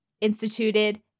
instituted